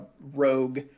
rogue